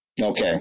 Okay